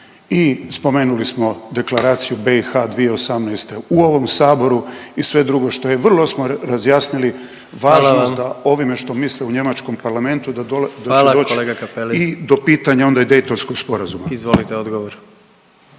i spomenuli smo deklaraciju BiH 2018. u ovom saboru i sve drugo što je vrlo smo razjasnili važnost da ovime što misle u njemačkom parlamentu da će doć i do pitanja onda i Daytonskog sporazuma. **Jandroković,